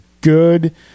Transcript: good